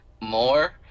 more